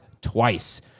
twice